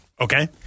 Okay